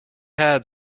had